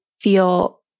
feel